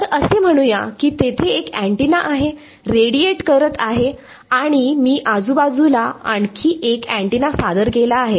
तर असे म्हणूया की तेथे एक अँटीना आहे रेडीएट करत आहे आणि मी आजूबाजूला आणखी एक अँटीना सादर केला आहे